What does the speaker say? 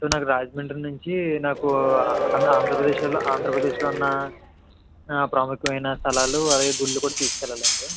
so నాకు రాజమండ్రి నుంచి నాకు ఆ ఆ ఆంధ్రప్రదేశ్ ఆంధ్రప్రదేశ్లో ఉన్న ప్రాముఖ్యమైన స్థలాలు అవి గుళ్ళు కూడా తీసుకు వెళ్లాలండి